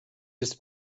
ist